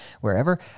wherever